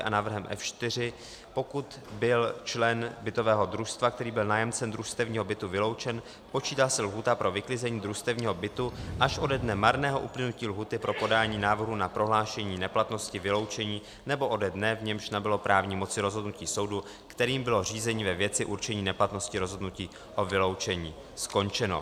A návrhem F4, pokud byl člen bytového družstva, který byl nájemcem družstevního bytu, vyloučen, počítá se lhůta pro vyklizení družstevního bytu až ode dne marného uplynutí lhůty pro podání návrhu na prohlášení neplatnosti vyloučení nebo ode dne, v němž nabylo právní moci rozhodnutí soudu, kterým bylo řízení ve věci určení neplatnosti rozhodnutí o vyloučení skončeno.